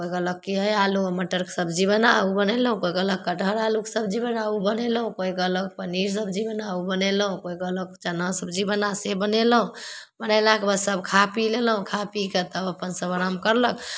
तब कोइ कहलक कि हइ आलू आओर मटरके सब्जी बना ओ बनेलहुँ कोइ कहलक कटहर आलूके सब्जी बना ओ बनेलहुँ कोइ कहलक पनीर सब्जी बना ओ बनेलहुँ कोइ कहलक चना सब्जी बना से बनेलहुँ बनेलाके बाद सब खा पी लेलहुँ खा पीके तब सब अपन आराम करलक